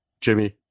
Jimmy